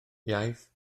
iaith